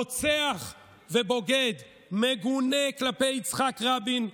רוצח ובוגד מגונה כלפי יצחק רבין,